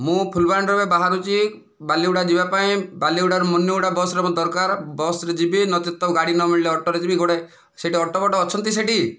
ମୁଁ ଫୁଲବାଣୀରୁ ଏବେ ବାହାରୁଛି ବାଲିଗୁଡ଼ା ଯିବା ପାଇଁ ବାଲିଗୁଡ଼ାରୁ ମୁନିଗୁଡ଼ା ବସରେ ମୋତେ ଦରକାର ବସରେ ଯିବି ନଚେତ ତ ଗାଡ଼ି ନ ମିଳିଲେ ଅଟୋରେ ଯିବି ଗୋଟିଏ ଅଟୋ ଫଟ ଅଛନ୍ତି ସେଇଠି